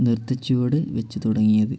നിർത്തച്ചുവട് വെച്ച് തുടങ്ങിയത്